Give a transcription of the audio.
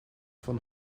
van